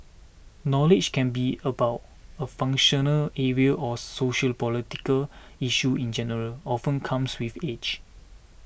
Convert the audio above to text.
knowledge can be about a functional area or sociopolitical issues in general often comes with age